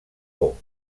por